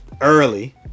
early